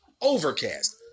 Overcast